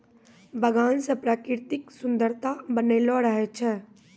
बगान से प्रकृतिक सुन्द्ररता बनलो रहै छै